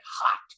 hot